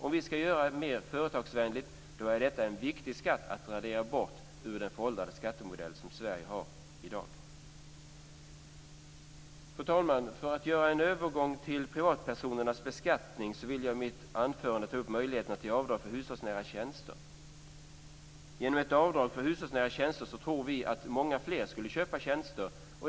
Om vi ska göra det mer företagsvänligt är detta en viktig skatt att radera bort ur den föråldrade skattemodell som Sverige har i dag. Fru talman! För att göra en övergång till privatpersonernas beskattning vill jag i mitt anförande ta upp möjligheterna till avdrag för hushållsnära tjänster. Genom ett avdrag för hushållsnära tjänster tror vi att många fler skulle köpa tjänster.